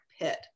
pit